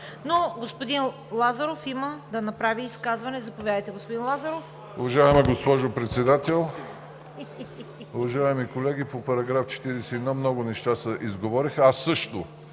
41. Господин Лазаров има да направи изказване. Заповядайте, господин Лазаров.